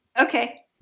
Okay